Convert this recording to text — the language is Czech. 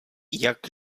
jak